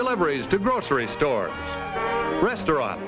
deliveries to grocery stores restaurants